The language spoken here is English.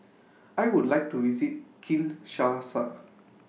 I Would like to visit Kinshasa